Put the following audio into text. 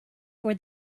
for